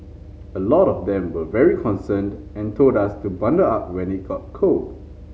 a lot of them were very concerned and told us to bundle up when it got cold